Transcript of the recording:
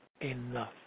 enough